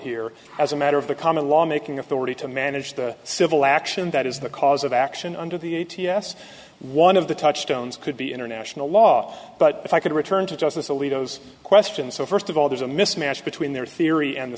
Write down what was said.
here as a matter of the common law making authority to manage the civil action that is the cause of action under the a t s one of the touchstones could be international law but if i could return to justice alito those questions so first of all there's a mismatch between their theory and the